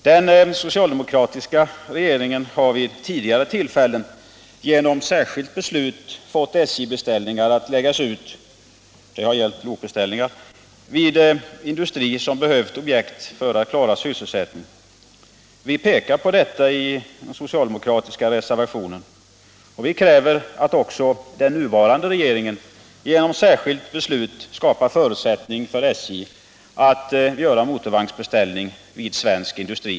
Den socialdemokratiska regeringen har vid tidigare tillfällen genom särskilt beslut fått SJ-beställningar — det har gällt lokbeställningar — utlagda vid industri som behövt objekt för att klara sysselsättningen. Vi pekar på detta i den socialdemokratiska reservationen och kräver att också den nuvarande regeringen genom särskilt beslut skapar förutsättningar för SJ att göra motorvagnsbeställning vid svensk industri.